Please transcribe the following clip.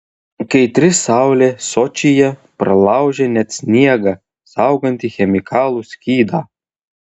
kaitri saulė sočyje pralaužia net sniegą saugantį chemikalų skydą